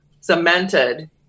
cemented